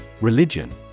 Religion